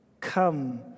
Come